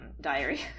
diary